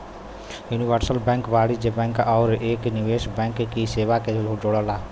universal bank वाणिज्यिक bank आउर एक निवेश बैंक की सेवा के जोड़ला